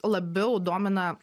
labiau domina